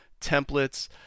templates